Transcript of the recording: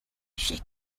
she